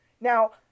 Now